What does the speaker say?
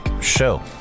show